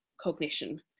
cognition